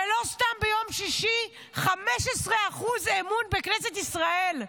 ולא סתם ביום שישי, 15% אמון בכנסת ישראל.